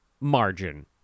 margin